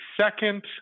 second